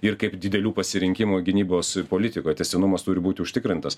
ir kaip didelių pasirinkimų gynybos politikoj tęstinumas turi būti užtikrintas